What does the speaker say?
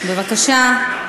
בבקשה,